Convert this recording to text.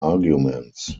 arguments